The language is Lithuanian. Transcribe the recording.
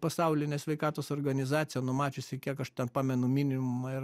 pasaulinė sveikatos organizacija numačiusi kiek aš pamenu minima yra